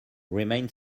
remain